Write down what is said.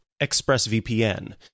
ExpressVPN